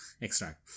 extract